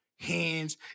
Hands